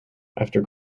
after